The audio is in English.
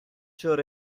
sure